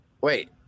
Wait